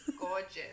Gorgeous